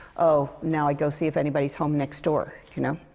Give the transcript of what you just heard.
oh, now go see if anybody's home next door. you know?